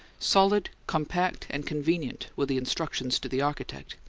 solid, compact, and convenient were the instructions to the architect,